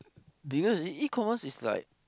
do you use E-commerce is like